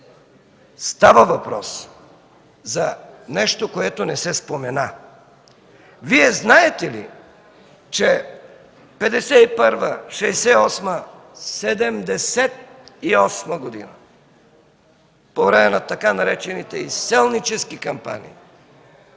Става въпрос за нещо, което не се спомена. Вие знаете ли, че 1951, 1968, 1978 г. по време на така наречените „изселнически кампании”